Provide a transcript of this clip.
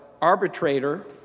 arbitrator